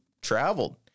traveled